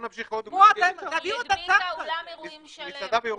חד משמעית, היא הדביקה אולם אירועים שלם.